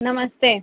नमस्ते